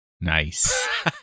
Nice